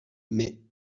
mais